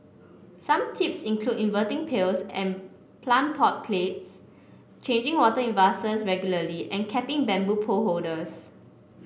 some tips include inverting pails and plant pot plates changing water in vases regularly and capping bamboo pole holders